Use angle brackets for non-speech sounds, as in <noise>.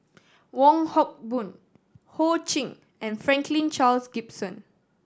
Wong Hock Boon Ho Ching and Franklin Charles <unintelligible>